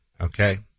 okay